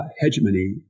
hegemony